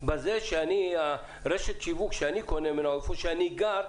בזה שאני רשת שיווק שאני קונה ממנה איפה שאני גר,